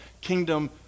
kingdom